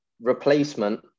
replacement